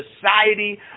society